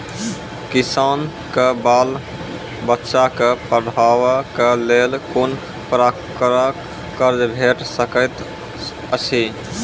किसानक बाल बच्चाक पढ़वाक लेल कून प्रकारक कर्ज भेट सकैत अछि?